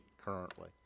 currently